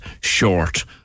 short